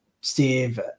steve